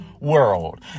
world